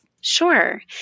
Sure